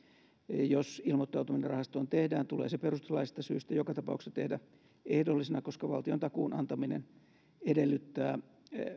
jos ilmoittautuminen rahastoon tehdään tulee se perustuslaillisista syistä joka tapauksessa tehdä ehdollisena koska valtiontakuun antaminen edellyttää